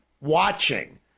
watching